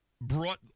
brought